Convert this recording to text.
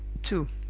two.